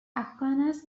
aquinas